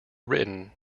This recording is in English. written